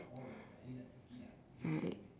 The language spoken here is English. right